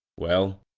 well,